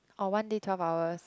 or one day twelve hours